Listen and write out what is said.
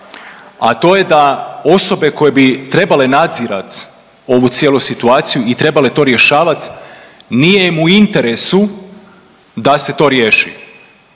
a to je da osobe koje bi trebale nadzirati ovu cijelu situaciju i trebale to rješavati nije im u interesu da se to riješi.